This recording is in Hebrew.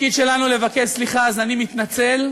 התפקיד שלנו לבקש סליחה, אז אני מתנצל,